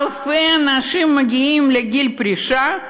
אלפי אנשים מגיעים לגיל פרישה,